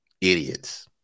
idiots